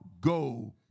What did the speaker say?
go